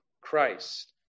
christ